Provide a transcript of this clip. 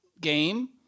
game